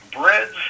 breads